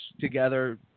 together